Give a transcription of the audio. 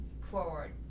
forward